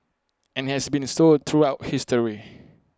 and has been so throughout history